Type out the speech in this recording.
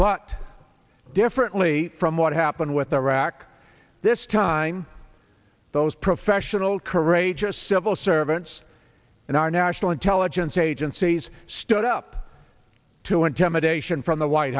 but differently from what happened with iraq this time those professional courageous civil servants and our national intelligence agencies stood up to and tema dacian from the white